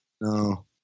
No